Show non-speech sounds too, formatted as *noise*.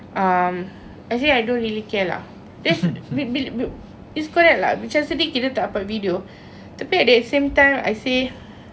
um actually I don't really care lah that's bil~ bil~ bil~ it's correct lah macam sedih kita tak dapat video *breath* tapi at that same time I say